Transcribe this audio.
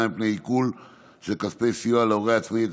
מפני עיקול של כספי סיוע להורה עצמאי),